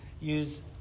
use